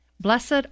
Blessed